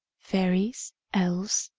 fairies, elves,